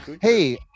hey